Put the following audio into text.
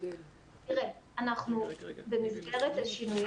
במסגרת השינוי